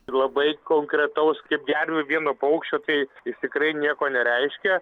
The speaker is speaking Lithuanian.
ir labai konkretaus kaip gervių vieno paukščio tai jis tikrai nieko nereiškia